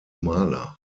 maler